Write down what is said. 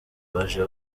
baje